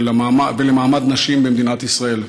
ולמעמד של נשים במדינת ישראל.